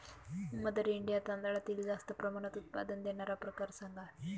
mother India तांदळातील जास्त प्रमाणात उत्पादन देणारे प्रकार सांगा